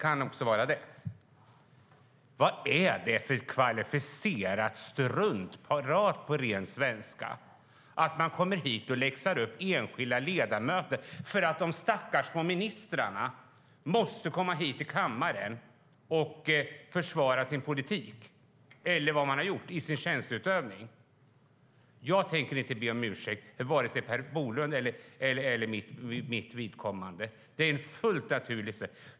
Vad är det för kvalificerat struntprat, på ren svenska, att man kommer hit och läxar upp enskilda ledamöter för att de stackars ministrarna måste komma hit till kammaren och försvara sin politik eller vad de har gjort i sin tjänsteutövning? Jag tänker inte be om ursäkt vare sig för Per Bolunds eller för mitt vidkommande. Det är ett fullt naturligt sätt.